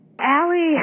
Allie